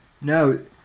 no